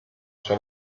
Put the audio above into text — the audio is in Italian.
sua